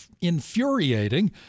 infuriating